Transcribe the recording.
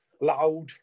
loud